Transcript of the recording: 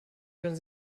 können